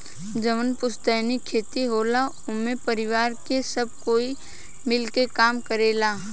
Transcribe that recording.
जवन पुस्तैनी खेत होला एमे परिवार के सब कोई मिल के काम करेला